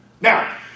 Now